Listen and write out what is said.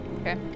Okay